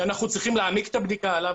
שאנחנו צריכים להעמיק את הבדיקה עליו,